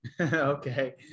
okay